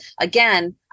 Again